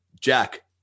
Jack